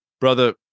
brother